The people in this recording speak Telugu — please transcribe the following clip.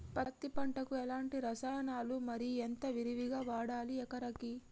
పత్తి పంటకు ఎలాంటి రసాయనాలు మరి ఎంత విరివిగా వాడాలి ఎకరాకి?